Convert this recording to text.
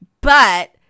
But-